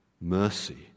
mercy